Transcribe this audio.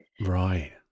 Right